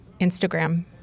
Instagram